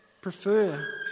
prefer